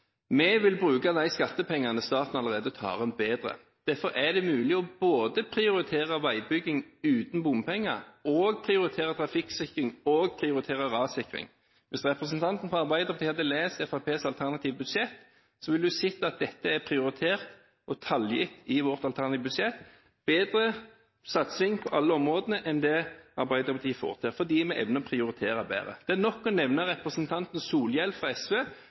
Vi vil bruke de skattepengene staten allerede tar inn, bedre. Derfor er det mulig å prioritere både veiutbygging uten bompenger, trafikksikring og rassikring. Hvis representanten fra Arbeiderpartiet hadde lest Fremskrittspartiets alternative budsjett, ville hun sett at dette er prioritert og tallfestet i vårt alternative budsjett – en bedre satsing på alle områder enn det Arbeiderpartiet får til, fordi vi evner å prioritere bedre. Det er nok å nevne representanten Solhjell fra SV,